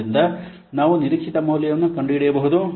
ಆದ್ದರಿಂದ ನಾವು ನಿರೀಕ್ಷಿತ ಮೌಲ್ಯವನ್ನು ಕಂಡುಹಿಡಿಯಬಹುದು